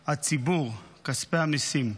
הציבור, כספי המיסים.